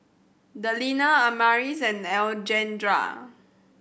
Delinda Amaris and Alejandra